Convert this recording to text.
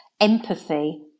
empathy